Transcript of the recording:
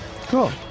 Cool